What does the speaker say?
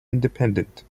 independent